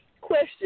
question